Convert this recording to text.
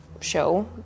show